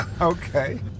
Okay